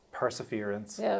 perseverance